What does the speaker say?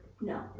No